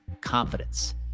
confidence